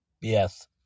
Yes